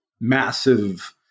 massive